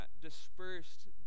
dispersed